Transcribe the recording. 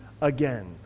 again